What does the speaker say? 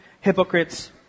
hypocrites